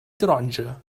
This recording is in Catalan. taronja